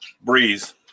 Breeze